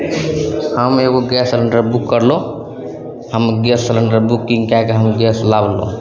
शाममे एगो gas cylinder book करलहुँ हम गैस सिलेण्डर बुकिन्ग कै के हम गैस लाबलहुँ